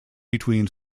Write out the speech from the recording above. between